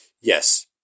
Yes